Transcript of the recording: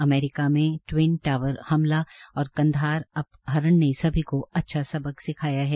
America में twin tower हमला और कंधार अपहरण ने स्भी को अच्छा सब सिखाया है